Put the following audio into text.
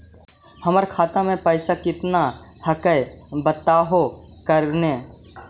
हमर खतवा में पैसा कितना हकाई बताहो करने?